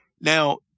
Now